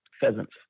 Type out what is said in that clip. pheasants